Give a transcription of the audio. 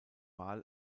wahl